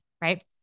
right